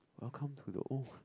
welcome to the oh